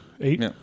Eight